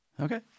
Okay